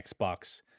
Xbox